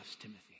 Timothy